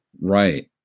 Right